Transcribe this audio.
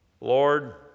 Lord